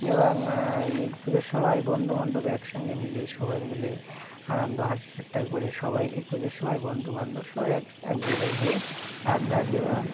এবং এই পুজোর সময় বন্ধু বান্ধব একসঙ্গে মিলে সবাই মিলে আনন্দ হাসি ঠাট্টা করে সবাই এই পুজোর সময় বন্ধু বান্ধব সবাই এক এক জায়গায় হয়ে আড্ডা দেওয়া